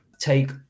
take